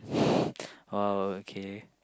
oh okay